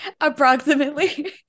Approximately